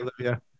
Olivia